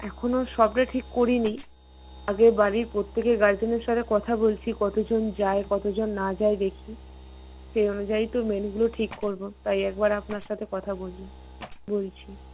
এখনো সবটা ঠিক করিনি আগে বাড়ির প্রত্যেকের গার্জেনের সাথে কথা বলছি কতজন যায় কতজন না যায় দেখি সেই অনুযায়ী তো মেনুগুলো ঠিক করবো তাই একবার আপনার সাথে কথা বললাম বলছি